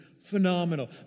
phenomenal